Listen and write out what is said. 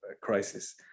crisis